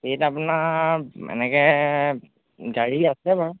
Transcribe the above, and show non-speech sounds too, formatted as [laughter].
[unintelligible] আপোনাৰ এনেকৈ গাড়ী আছে বাৰু